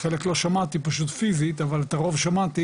חלק לא שמעתי, פשוט פיזית, אבל את הרוב שמעתי,